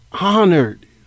honored